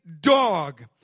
dog